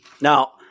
Now